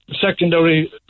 secondary